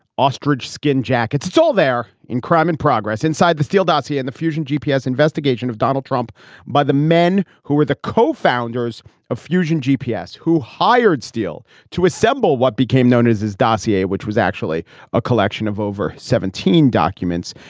ostrich skin jackets it's all there in crime, in progress. inside the steele dossier and the fusion g. p. s investigation of donald trump by the men who were the co-founders of fusion g. p. s who hired steele to assemble what became known as his dossier, which was actually a collection of over seventeen documents.